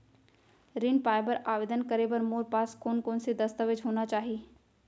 ऋण पाय बर आवेदन करे बर मोर पास कोन कोन से दस्तावेज होना चाही?